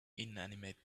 inanimate